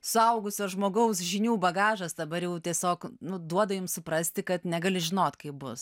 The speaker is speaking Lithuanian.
suaugusio žmogaus žinių bagažas dabar jau tiesiog nu duoda ims suprasti kad negali žinot kaip bus